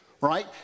right